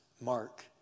Mark